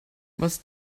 was